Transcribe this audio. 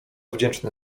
wdzięczny